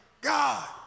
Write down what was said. God